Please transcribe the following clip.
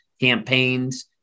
campaigns